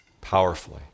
powerfully